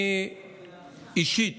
אני אישית